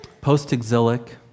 post-exilic